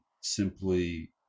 simply